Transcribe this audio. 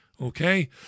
Okay